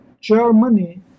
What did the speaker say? Germany